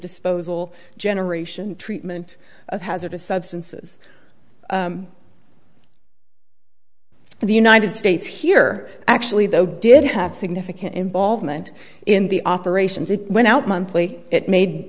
disposal generation treatment of hazardous substances and the united states here actually though did have significant involvement in the operations it went out monthly it